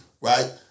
right